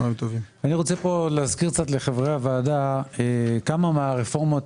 אני רוצה להזכיר לחברי הוועדה כמה מהרפורמות